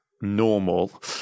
normal